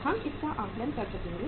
हम इसका आकलन कर सकेंगे